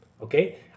okay